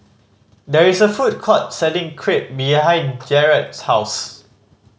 there is a food court selling Crepe behind Jarad's house